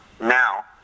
now